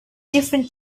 different